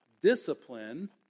discipline